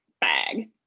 bag